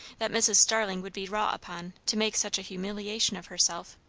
that mrs. starling would be wrought upon to make such a humiliation of herself!